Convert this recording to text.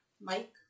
Mike